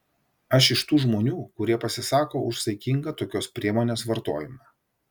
aš iš tų žmonių kurie pasisako už saikingą tokios priemonės vartojimą